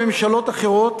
מממשלות אחרות.